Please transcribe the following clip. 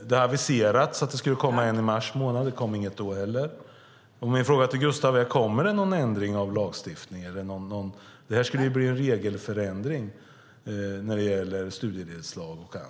Det har aviserats att det skulle komma en i mars månad, men det kom inget då heller. Min fråga till Gustav Nilsson är: Kommer det någon ändring av lagstiftningen?